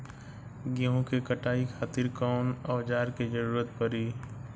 गेहूं के कटाई खातिर कौन औजार के जरूरत परी?